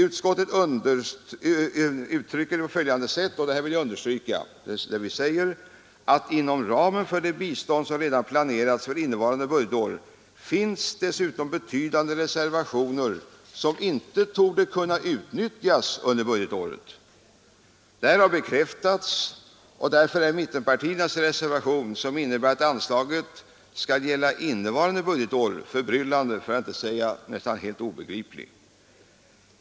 Utskottet uttrycker det så här — och det vill jag understryka: ”Inom ramen för det bistånd som redan planerats för innevarande budgetår finns dessutom betydande reservationer som inte torde kunna utnyttjas under budgetåret.” Detta är bekräftat, och därför är mittenpartiernas reservation — som innebär att anslaget skall gälla innevarande budgetår — förbryllande, för att inte säga nästan obegriplig.